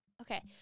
Okay